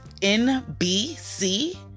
nbc